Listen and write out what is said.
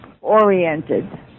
Oriented